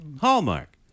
Hallmark